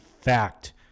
fact